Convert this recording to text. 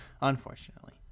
unfortunately